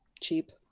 cheap